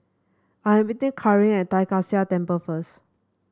I am meeting Caryn at Tai Kak Seah Temple first